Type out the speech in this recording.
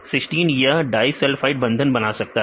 cysteine यह disulphide बंधन बना सकता है